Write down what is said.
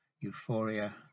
Euphoria